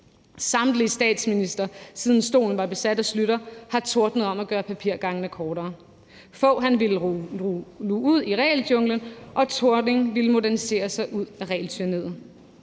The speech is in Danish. Samtlige statsministre, siden stolen var besat af Poul Schlüter, har tordnet om at gøre papirgangene kortere. Anders Fogh Rasmussen ville luge ud i regeljunglen, og Helle Thorning-Schmidt ville modernisere sig ud af regeltyranniet.